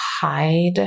hide